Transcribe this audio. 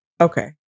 Okay